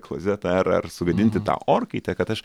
klozetą ar ar sugadinti tą orkaitę kad aš